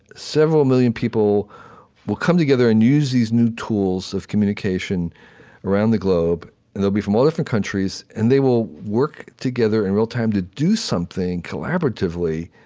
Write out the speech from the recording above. several million people will come together and use these new tools of communication around the globe, and they'll be from all different countries, and they will work together in real time to do something collaboratively,